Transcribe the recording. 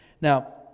Now